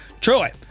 Troy